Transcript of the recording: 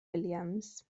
williams